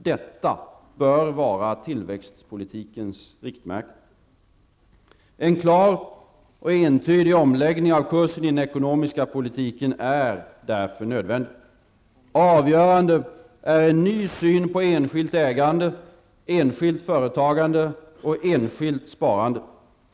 Detta bör vara tillväxtpolitikens riktmärke. En klar och entydig omläggning av kursen i den ekonomiska politiken är därför nödvändig. Avgörande är en ny syn på enskilt ägande, enskilt företagande och enskilt sparande.